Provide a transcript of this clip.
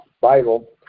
Bible